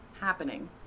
happening